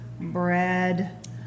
bread